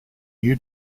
new